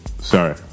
sorry